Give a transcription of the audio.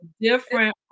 different